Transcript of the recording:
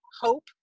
Hope